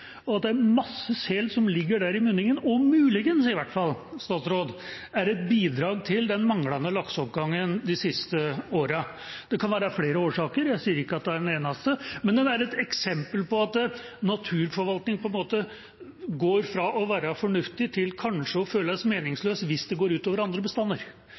masse sel som ligger der i munningen og – muligens, i hvert fall – er et bidrag til den manglende lakseoppgangen de siste årene. Det kan være flere årsaker, jeg sier ikke at det er den eneste, men det er et eksempel på at naturforvaltning på en måte går fra å være fornuftig til kanskje å føles meningsløs hvis det går ut over andre bestander.